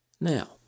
Now